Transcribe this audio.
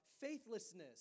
faithlessness